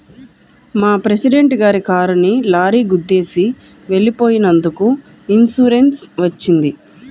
మా ప్రెసిడెంట్ గారి కారుని లారీ గుద్దేసి వెళ్ళిపోయినందుకు ఇన్సూరెన్స్ వచ్చింది